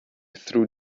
threw